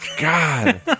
god